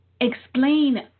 explain